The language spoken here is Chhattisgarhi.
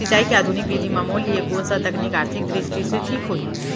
सिंचाई के आधुनिक विधि म मोर लिए कोन स तकनीक आर्थिक दृष्टि से ठीक होही?